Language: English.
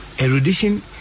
erudition